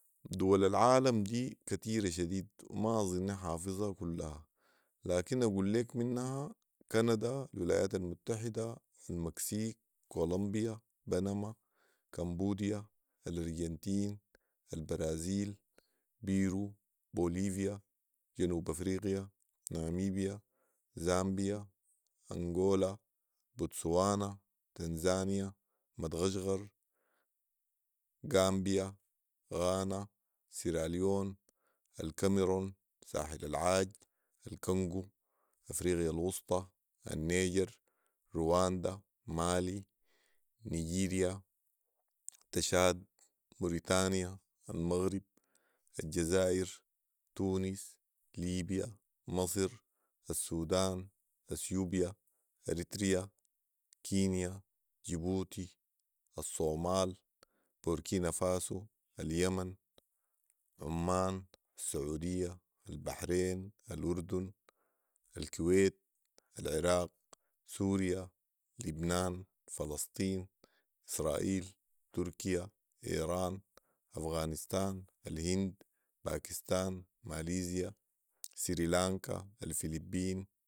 دول العالم دي كتيره شديد وما اظني حافظها كلها لكن اقول ليك منها كندا ، الولايات المتحده ،المكسيك ،كولمبيا، بنما كمبوديا ،الارجنتين ،البرازيل ،بيرو، بوليفيا ،جنوب افرقيا، ناميبيا ،زامبيا ،انجولا ،بوتسوانا ،تنزانيا ،مدغشقر، غامبيا ،غانا سيراليون ،الكميرون، ساحل العاج ،الكنقو ،افريقيا الوسطي ،النيجر ،رواندا ،مالي ،نيجيريا، تشاد، مورتانيا ،المغرب ،الجزائر تونس، ليبيا ،مصر، السودان ،اثيوبيا ،اريتريا ،كينيا ،جيبوتي ،الصومال ،بوركينا فاسو ،اليمن ،عمان ،السعوديه ،البحرين ،الاردن ،الكويت، العراق، سوريا ،لبنان ،فلسطين ،اسرائيل ،تركيا ،ايران ،افغانستان ،الهند ،باكستان ،ماليزيا ،سيريلانكا ،الفلبين